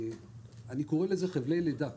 אני קורא לזה חבלי לידה.